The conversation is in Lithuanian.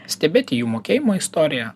stebėti jų mokėjimo istoriją